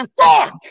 Fuck